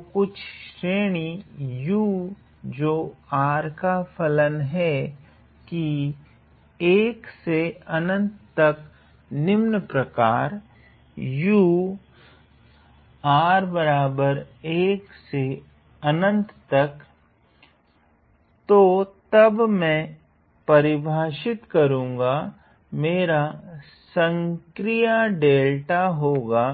तो कुछ श्रेणी u जो r का फलन हैं की 1 से अनंत तक निम्न प्रकार तो तब मैं परिभाषित करुगा मेरा संक्रिया डेल्टा होगा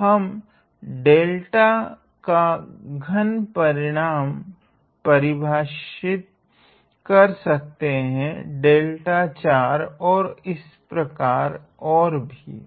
हम डेल्टा का घन परिभाषित कर सकते है डेल्टा 4 तथा इसी प्रकार ओर भी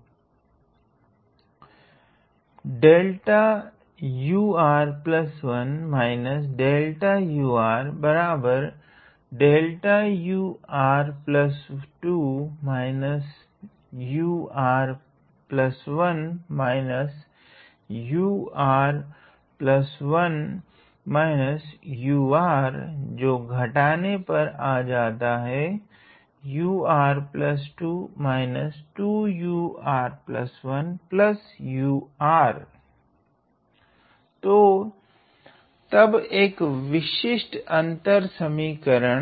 तो तब एक विशिष्ट अंतर समीकरण